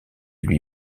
lui